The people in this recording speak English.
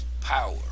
power